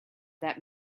that